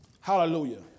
Hallelujah